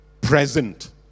present